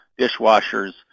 dishwashers